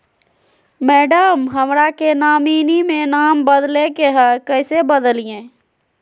madam, हमरा के nominee में नाम बदले के हैं, कैसे बदलिए